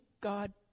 God